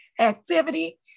activity